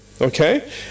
Okay